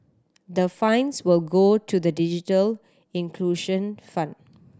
the fines will go to the digital inclusion fund